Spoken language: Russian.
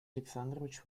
александрович